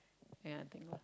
that kind of thing